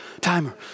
timer